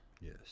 Yes